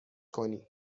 کنی